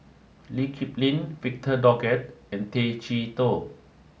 Lee Kip Lin Victor Doggett and Tay Chee Toh